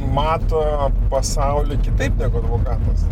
mato pasaulį kitaip negu advokatas